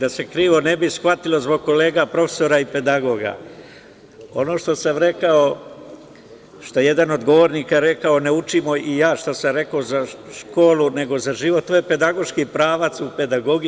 Da se krivo ne bi shvatilo zbog kolega profesora i pedagoga, ono što sam rekao, što je jedan od govornika rekao, ne učimo, i ja što sam rekao, za školu nego za život, to je pedagoški pravac u pedagogiji.